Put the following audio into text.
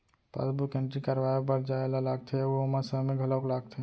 passbook entry करवाए बर जाए ल लागथे अउ ओमा समे घलौक लागथे